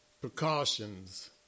precautions